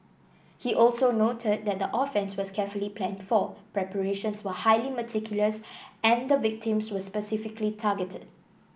he also noted that the offence was carefully planned for preparations were highly meticulous and the victims were specifically targeted